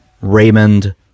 Raymond